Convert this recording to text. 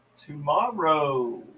tomorrow